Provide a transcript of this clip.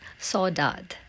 saudade